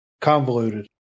Convoluted